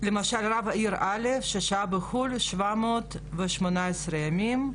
למשל רב העיר א' שהה בחו"ל 718 ימים,